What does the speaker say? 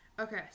Okay